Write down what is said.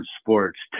sports